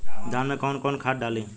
धान में कौन कौनखाद डाली?